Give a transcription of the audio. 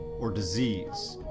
or disease.